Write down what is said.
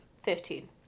Fifteen